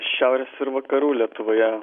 šiaurės ir vakarų lietuvoje